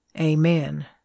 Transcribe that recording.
Amen